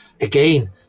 Again